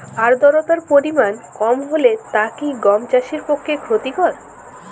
আর্দতার পরিমাণ কম হলে তা কি গম চাষের পক্ষে ক্ষতিকর?